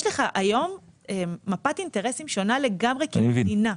יש לך היום מפת אינטרסים שונה לגמרי כמדינה.